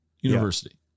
University